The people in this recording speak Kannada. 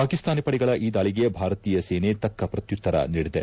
ಪಾಕಿಸ್ತಾನಿ ಪಡೆಗಳ ಈ ದಾಳಿಗೆ ಭಾರತೀಯ ಸೇನೆ ತಕ್ಕ ಪ್ರಕ್ಯುತ್ತರ ನೀಡಿದೆ